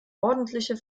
ordentliche